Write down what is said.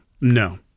no